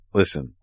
listen